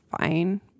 Fine